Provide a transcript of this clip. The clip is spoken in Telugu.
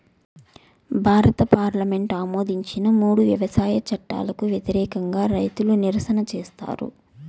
భారత పార్లమెంటు ఆమోదించిన మూడు వ్యవసాయ చట్టాలకు వ్యతిరేకంగా రైతులు నిరసన చేసారు